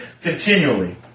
continually